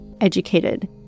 educated